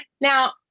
Now